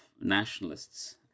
nationalists